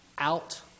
Out